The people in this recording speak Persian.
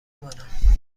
مانم